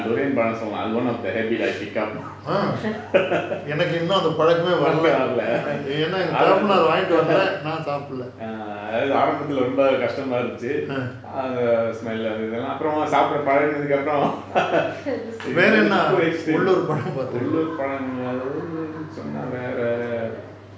durians பழம் சொல்லலாம்:palam sollalam I'm one of the பழக்கம் வரல:palakkam varala err ஆரம்பத்துல உண்டாக்க கஷ்டமா இருந்துச்சு:aarambathula undaka kashtama irunthuchu smell அது இதுலாம் அப்புறமா சாப்புட பழகினத்துக்கு அப்புறம்:athu ithulam appurama sapuda palakinathuku appuram உள்ளூர் பழம்டு சொன்னா வேற:ulloor palamdu sonna vera